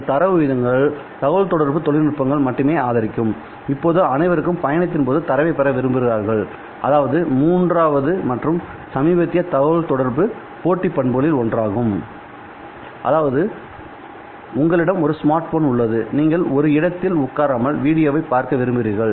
இந்த தரவு விகிதங்களை தகவல் தொடர்பு தொழில்நுட்பங்கள் மட்டுமே ஆதரிக்கும்இப்போது அனைவருக்கும் பயணத்தின்போது தரவை பெற விரும்புகிறார்கள் இது மூன்றாவது மற்றும் சமீபத்திய தகவல் தொடர்பு போட்டி பண்புகளில் ஒன்றாகும் அதாவது உங்களிடம் ஒரு ஸ்மார்ட் போன் உள்ளதுநீங்கள் ஒரு இடத்தில் உட்காராமல் வீடியோவைப் பார்க்க விரும்புகிறீர்கள்